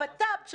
איתמר, אתה ברור.